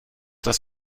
das